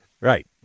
Right